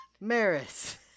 Maris